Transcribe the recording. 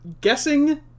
guessing